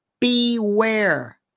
beware